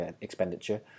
expenditure